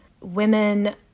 women